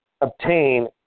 obtain